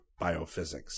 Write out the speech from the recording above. Biophysics